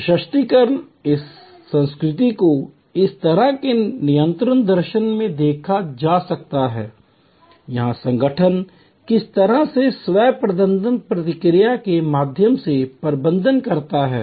सशक्तिकरण की इस संस्कृति को इस तरह के नियंत्रण दर्शन में देखा जा सकता है या संगठन किस तरह से स्वयं प्रबंधन प्रक्रिया के माध्यम से प्रबंधन करता है